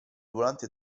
volante